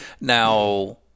Now